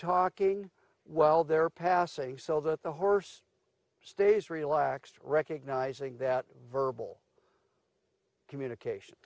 talking while they're passing so that the horse stays relaxed recognizing that verbal communication